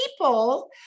people